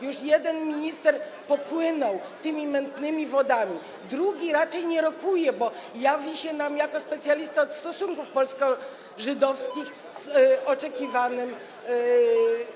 Już jeden minister popłynął tymi mętnymi wodami, drugi raczej nie rokuje, bo jawi się nam jako specjalista od stosunków polsko-żydowskich z oczekiwanym niechlubnym.